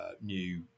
new